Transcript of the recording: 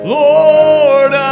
lord